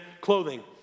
clothing